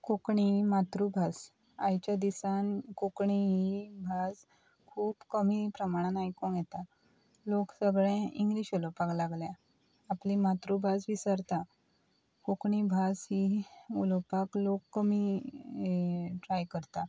कोंकणी मातृभास आयच्या दिसान कोंकणी ही भास खूब कमी प्रमाणान आयकूंक येता लोक सगळे इंग्लीश उलोवपाक लागल्या आपली मातृभास विसरता कोंकणी भास ही उलोवपाक लोक कमी ट्राय करता